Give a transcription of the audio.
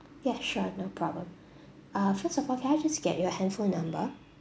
ya sure no problem uh first of all can I just get your handphone number